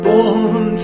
Born